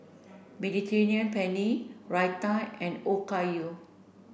Mediterranean Penne Raita and Okayu